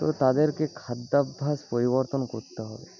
তো তাদেরকে খাদ্যাভ্যাস পরিবর্তন করতে হবে